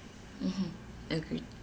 mmhmm agreed